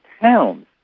towns